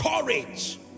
Courage